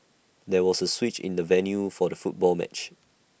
there was A switch in the venue for the football match